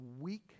weak